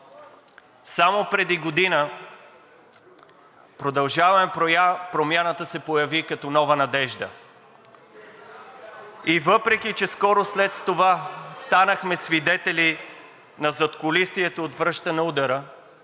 Само преди година „Продължаваме Промяната“ се появи като нова надежда и въпреки че скоро след това станахме свидетели на „задкулисието отвръща на удара“